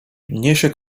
niesie